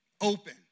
open